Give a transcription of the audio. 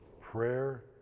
prayer